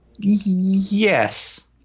yes